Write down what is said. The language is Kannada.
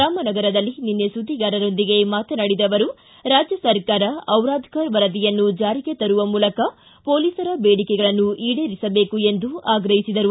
ರಾಮನಗರದಲ್ಲಿ ನಿನ್ನೆ ಸುದ್ವಿಗಾರರೊಂದಿಗೆ ಮಾತನಾಡಿದ ಅವರು ರಾಜ್ಯ ಸರ್ಕಾರ ದಿರಾದಕರ ವರದಿಯನ್ನು ಜಾರಿಗೆ ತರುವ ಮೂಲಕ ಪೊಲೀಸರ ಬೇಡಿಕೆಗಳನ್ನು ಈಡೇರಿಸಬೇಕು ಎಂದು ಆಗ್ರಹಿಸಿದರು